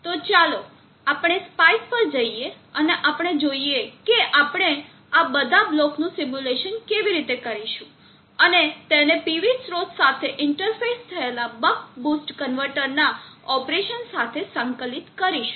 તો ચાલો આપણે સ્પાઇસ પર જઈએ અને જોઈએ કે આપણે આ બધા બ્લોકનું સિમ્યુલેશન કેવી રીતે કરીશું અને તેને PV સ્રોત સાથે ઇન્ટરફેસ થયેલ બક બૂસ્ટ કન્વર્ટરના ઓપરેશન સાથે સંકલિત કરીશું